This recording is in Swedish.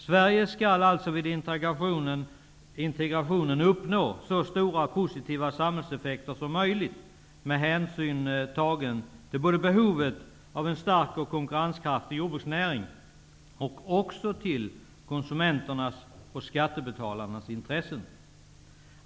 Sverige skall alltså vi integrationen uppnå så stora positiva samhällseffekter som möjligt med hänsyn tagen till både behovet av en stark och konkurrenskraftig jordbruksnäring och till konsumenternas och skattebetalarnas intressen.